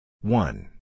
one